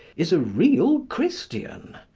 is a real christian.